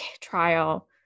trial